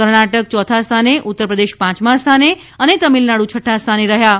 કર્ણાટકા ચોથા સ્થાને ઉત્તરપ્રદેશ પાંચમા સ્થાને અને તામિલનાડ઼ છઠ્ઠા સ્થાને રહ્યા છે